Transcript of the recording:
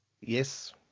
Yes